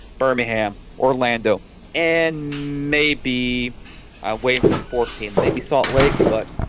birmingham orlando and may be ah waiting for the fourth team, maybe salt lake but